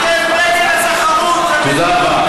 אתם נגד התחרות, תודה רבה.